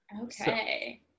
Okay